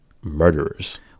murderers